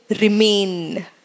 Remain